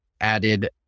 added